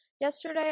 yesterday